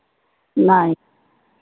नहीं